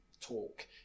talk